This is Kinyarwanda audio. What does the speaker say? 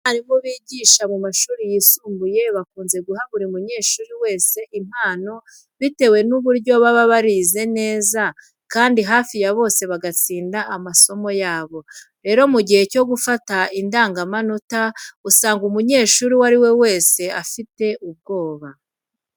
Abarimu bigisha mu mashuri yisumbuye bakunze guha buri munyeshuri wese impano bitewe n'uburyo baba barize neza kandi hafi ya bose bagatsinda amasomo yabo. Rero mu gihe cyo gufata ingandamanota, usanga umunyeshuri uwo ari we wese afite ubwoba.